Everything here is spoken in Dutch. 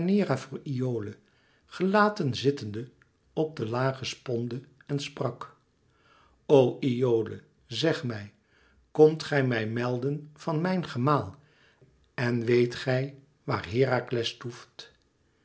iole gelaten zittende op de lage sponde en sprak o iole zeg mij komt gij mij melden van mijn gemaal en weet gij waar herakles toeft